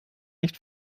nicht